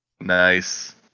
Nice